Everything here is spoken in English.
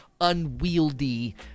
unwieldy